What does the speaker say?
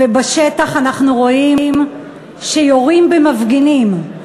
ובשטח אנחנו רואים שיורים במפגינים.